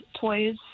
toys